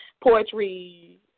Poetry